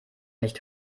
nicht